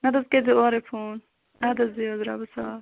نَتہٕ حظ کٔرزِ اورے فوٗن اَدٕ حظ بیٚہو حظ رۄبَس حَوالہٕ